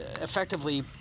effectively